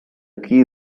key